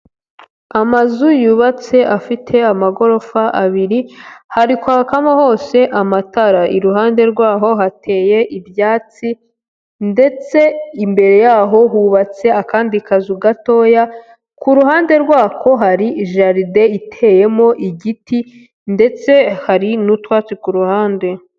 Amazu yubatse afite amagorofa abiri, hari kwakamo hose amatara, iruhande rwaho hateye ibyatsi ndetse imbere yaho hubatse akandi kazu gatoya, ku ruhande rwako hari ijaride iteyemo igiti ndetse hari n'utwatsi ku ruhande.